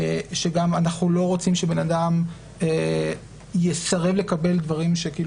שגם אנחנו לא רוצים שבן אדם יסרב לקבל דברים שכאילו